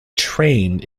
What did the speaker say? trained